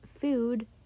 food